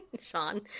Sean